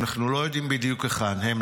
אנחנו לא יודעים בדיוק היכן הם,